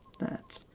that